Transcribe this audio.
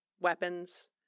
weapons